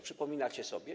Przypominacie sobie?